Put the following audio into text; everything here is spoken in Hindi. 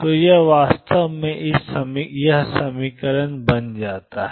तो यह वास्तव में ∫xidψdxiddxxψdx बन जाता है